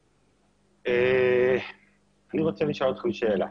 אני רוצה לשאול אתכם שאלה.